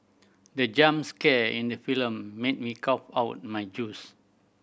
the jump scare in the film made me cough out my juice